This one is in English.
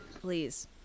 please